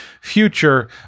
future